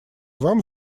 вам